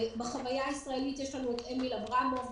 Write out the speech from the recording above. מ"החוויה הישראלית" יש לנו את אמיל אברמוב,